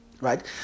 Right